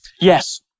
Yes